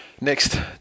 Next